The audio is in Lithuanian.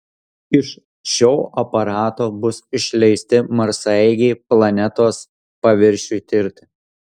iš šio aparato bus išleisti marsaeigiai planetos paviršiui tirti